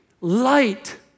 Light